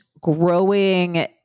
growing